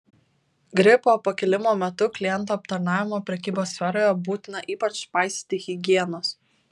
gripo pakilimo metu klientų aptarnavimo prekybos sferoje būtina ypač paisyti higienos